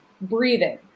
breathing